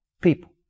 people